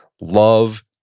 love